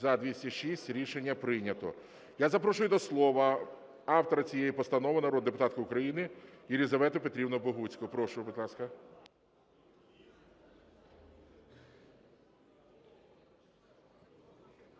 За-206 Рішення прийнято. Я запрошую до слова автора цієї постанови народну депутатку України Єлизавету Петрівну Богуцьку. Прошу, будь ласка.